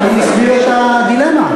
אני מסביר את הדילמה.